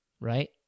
Right